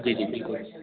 जी जी बिलकुल